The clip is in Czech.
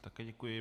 Také děkuji.